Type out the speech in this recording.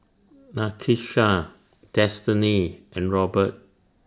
Nakisha Destiny and Robert